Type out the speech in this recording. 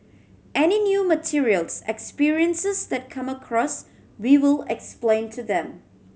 any new materials experiences that come across we will explain to them